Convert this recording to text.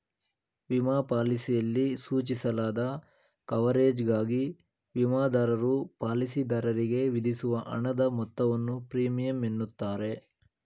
ವಿಮಾ ಪಾಲಿಸಿಯಲ್ಲಿ ಸೂಚಿಸಲಾದ ಕವರೇಜ್ಗಾಗಿ ವಿಮಾದಾರರು ಪಾಲಿಸಿದಾರರಿಗೆ ವಿಧಿಸುವ ಹಣದ ಮೊತ್ತವನ್ನು ಪ್ರೀಮಿಯಂ ಎನ್ನುತ್ತಾರೆ